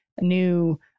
new